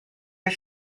are